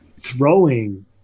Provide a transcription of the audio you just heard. throwing